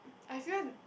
I feel